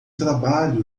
trabalho